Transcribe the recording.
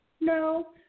No